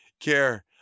care